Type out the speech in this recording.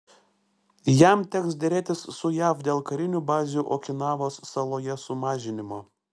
jam teks derėtis su jav dėl karinių bazių okinavos saloje sumažinimo